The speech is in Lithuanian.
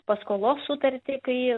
paskolos sutartį kai